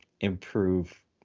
improve